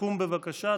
קום, בבקשה.